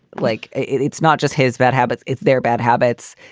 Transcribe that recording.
like, it's not just his bad habits, it's their bad habits.